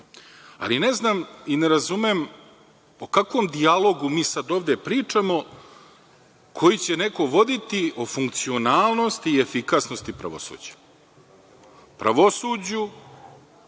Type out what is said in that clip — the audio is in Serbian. ali ne znam i ne razumem o kakvom dijalogu mi sad ovde pričamo koji će neko voditi o funkcionalnosti i efikasnosti pravosuđa. Pravosuđu